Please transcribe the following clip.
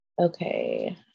Okay